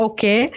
Okay